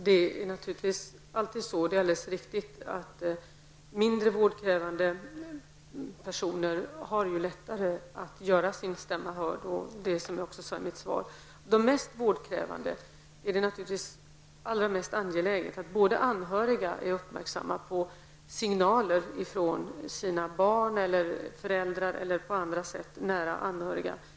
Herr talman! Det är alldeles riktigt att mindre vårdkrävande personer har lättare att göra sin stämma hörd. Som jag sade i mitt svar är det för de mest vårdkrävande naturligtvis allra mest angeläget att anhöriga är uppmärksamma på signaler från sina barn, föräldrar eller andra nära anhöriga.